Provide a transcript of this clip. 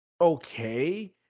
okay